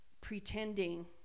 pretending